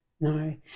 no